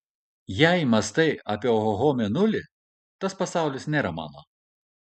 jei mąstai apie ohoho mėnulį tas pasaulis nėra mano